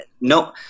No